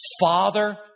Father